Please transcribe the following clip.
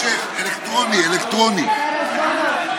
השר רזבוזוב,